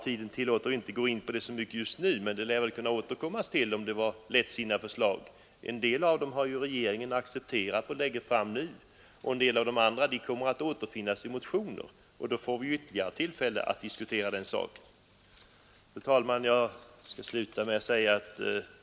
Tiden tillåter inte att jag går in närmare på dessa frågor i dag, men vi lär väl kunna återkomma till om våra förslag var lättsinniga eller inte. En del av dem har regeringen nu accepterat och lägger fram propositioner om, och en del av de andra kommer att återfinnas i väckta motioner. Då får vi tillfälle att diskutera de frågorna ytterligare. Fru talman!